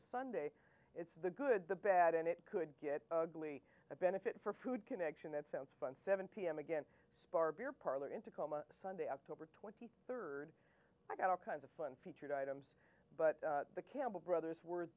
a sunday it's the good the bad and it could get ugly a benefit for food connection it sounds fun seven pm again spar beer parlor in tacoma sunday october twenty third i got all kinds of fun featured items but the campbell brothers were